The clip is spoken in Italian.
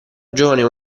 giovane